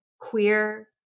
queer